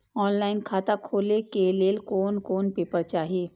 Online खाता खोले के लेल कोन कोन पेपर चाही?